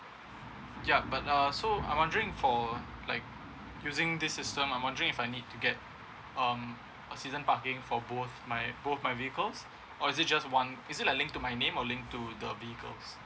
ya but err so I wondering for like using this system I'm wondering if I need to get um a season parking for both my both my vehicles or is it just one is it like link to my name or link to the vehicle